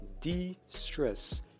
de-stress